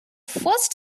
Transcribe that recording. first